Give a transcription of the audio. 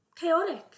chaotic